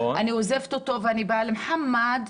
אני עוזבת אותו ובאה למוחמד,